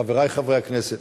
חברי חברי הכנסת,